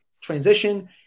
transition